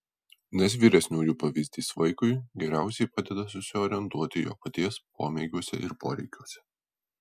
nes vyresniųjų pavyzdys vaikui geriausiai padeda susiorientuoti jo paties pomėgiuose ir poreikiuose